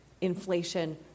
inflation